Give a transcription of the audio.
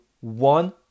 one